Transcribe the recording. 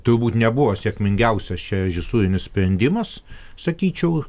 turbūt nebuvo sėkmingiausias čia režisūrinis sprendimas sakyčiau